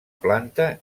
planta